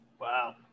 Wow